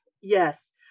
Yes